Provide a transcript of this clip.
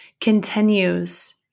continues